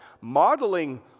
modeling